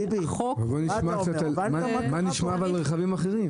טיבי, מה אתה אומר, הבנת מה קרה פה?